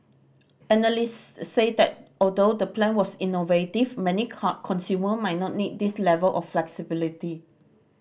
analysts said that although the plan was innovative many consumer might not need this level of flexibility